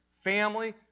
family